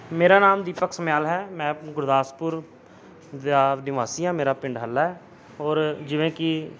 ਮੇਰਾ ਨਾਮ ਦੀਪਕ ਸੁਮਿਆਲ ਹੈ ਮੈਂ ਗੁਰਦਾਸਪੁਰ ਪੰਜਾਬ ਨਿਵਾਸੀ ਹਾਂ ਮੇਰਾ ਪਿੰਡ ਹੱਲਾ ਹੈ ਔਰ ਜਿਵੇਂ ਕਿ